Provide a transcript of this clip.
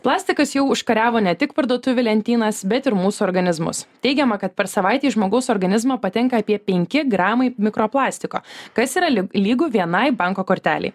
plastikas jau užkariavo ne tik parduotuvių lentynas bet ir mūsų organizmus teigiama kad per savaitę į žmogaus organizmą patenka apie penki gramai mikro plastiko kas yra lig lygu lygu vienai banko kortelei